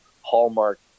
hallmark